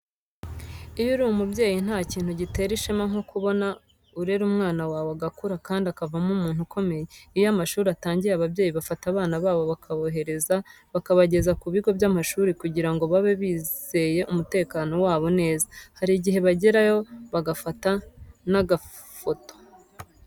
Iyo uri umubyeyi nta kintu gitera ishema nko kubona urera umwana wawe agakura kandi akavamo umuntu ukomeye. Iyo amashuri atangiye ababyeyi bafata abana babo bakabaherekeza bakabageza ku bigo by'amashuri kugira ngo babe bizeye umutekano wabo neza. Hari igihe bagerayo bagafata n'agafoto.